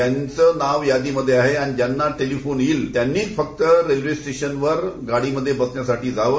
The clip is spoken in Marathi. ज्यांचे नाव यादी मध्ये आहे आणि ज्यांना टेलिफोन येईल त्यांनीच फक्त रेल्वे स्टेशनवर गाडी मध्ये बसण्यासाठी जावे